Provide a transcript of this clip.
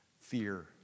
Fear